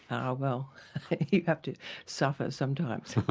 oh well you have to suffer sometimes.